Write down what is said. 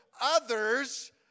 others